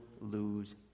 lose